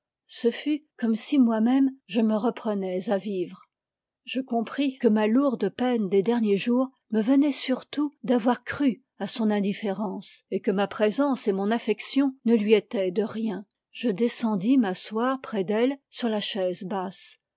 ce fut comme si moi-même je me reprenais à vivre je compris que ma lourde peine des derniers jours me venait surtout d'avoir cru à son indifférence et que ma présence et mon affection ne lui étaient de rien je descendis m'asseoir près d'elle sur la chaise basse